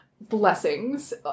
blessings